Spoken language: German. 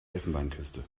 elfenbeinküste